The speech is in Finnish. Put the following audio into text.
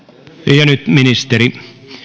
ja nyt ministeri